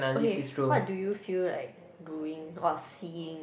okay what do you feel like doing or seeing